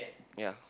ya